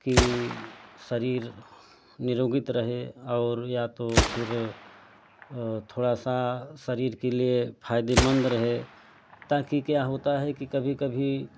कि शरीर निरोगीत रहे और या तो फ़िर थोड़ा सा शरीर के लिए फायदेमंद रहे ताकि क्या होता है कि कभी कभी